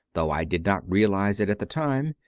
though i did not realize it at the time,